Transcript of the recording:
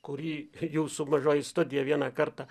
kurį jūsų mažoji studija vieną kartą